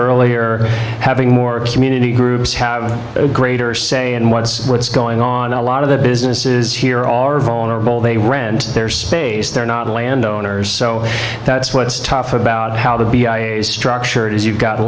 earlier having more community groups have a greater say in what's what's going on a lot of the businesses here are vulnerable they rent their space they're not landowners so that's what's tough about how the structure is you've got